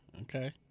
Okay